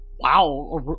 Wow